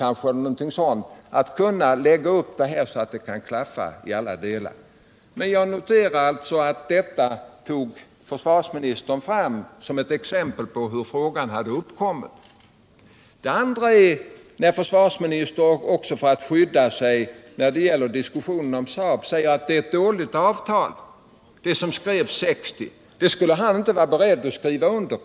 Jag noterar att försvarsministern tog upp endast beställningarna under 1975 och 1976 som förklaring till hur problemen uppkommit. Det andra är att försvarsministern, också för att skydda sig, när det gällde diskussionen om Saab sade att det var ett dåligt avtal som skrevs på 1960 talet; det skulle han inte varit beredd att skriva under.